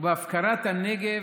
ובהפקרת הנגב,